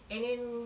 and then